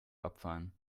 abfahren